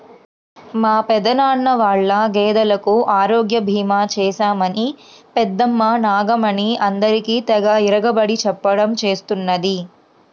మా పెదనాన్న వాళ్ళ గేదెలకు ఆరోగ్య భీమా చేశామని పెద్దమ్మ నాగమణి అందరికీ తెగ ఇరగబడి చెప్పడం చేస్తున్నది